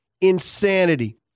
insanity